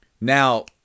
Now